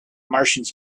martians